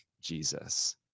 Jesus